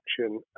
action